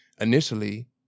initially –